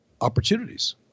opportunities